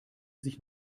sich